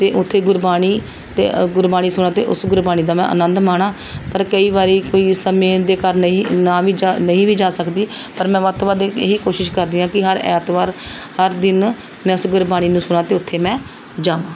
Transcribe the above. ਅਤੇ ਉੱਥੇ ਗੁਰਬਾਣੀ ਅਤੇ ਗੁਰਬਾਣੀ ਸੁਣਾਂ ਅਤੇ ਉਸ ਗੁਰਬਾਣੀ ਦਾ ਮੈਂ ਆਨੰਦ ਮਾਣਾਂ ਪਰ ਕਈ ਵਾਰੀ ਕੋਈ ਸਮੇਂ ਦੇ ਕਾਰਨ ਨਹੀਂ ਨਾ ਵੀ ਜਾ ਨਹੀਂ ਵੀ ਜਾ ਸਕਦੀ ਪਰ ਮੈਂ ਵੱਧ ਤੋਂ ਵੱਧ ਇਹੀ ਕੋਸ਼ਿਸ਼ ਕਰਦੀ ਹਾਂ ਕਿ ਹਰ ਐਤਵਾਰ ਹਰ ਦਿਨ ਮੈਂ ਉਸ ਗੁਰਬਾਣੀ ਨੂੰ ਸੁਣਾਂ ਅਤੇ ਉੱਥੇ ਮੈਂ ਜਾਵਾਂ